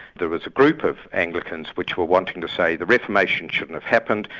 there was a group of anglicans which were wanting to say the reformation shouldn't have happened,